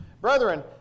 Brethren